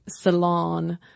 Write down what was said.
salon